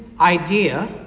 idea